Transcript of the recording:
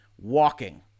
Walking